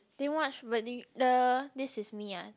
didn't watch but do you the This Is Me ah